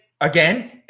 again